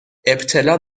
ابتلا